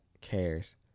cares